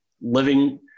living